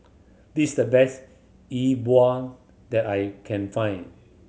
this the best E Bua that I can find